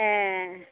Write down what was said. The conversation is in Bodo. ए